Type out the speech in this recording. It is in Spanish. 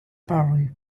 perry